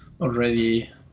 already